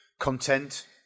content